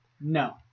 No